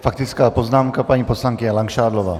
Faktická poznámka, paní poslankyně Langšádlová.